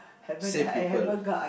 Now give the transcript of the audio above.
save people